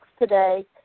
today